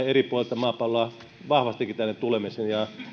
eri puolilta maapalloa vahvastikin tänne tulemisen